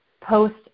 post